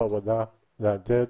ראש הוועדה בנושא הזה.